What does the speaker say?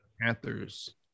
Panthers